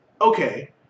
okay